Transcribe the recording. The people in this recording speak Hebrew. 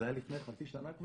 זה היה לפני חצי שנה.